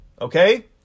okay